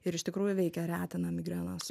ir iš tikrųjų veikia retina migrenas